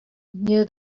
near